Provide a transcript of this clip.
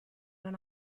non